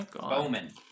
Bowman